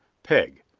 peg.